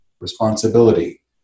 responsibility